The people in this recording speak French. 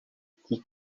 qui